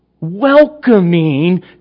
welcoming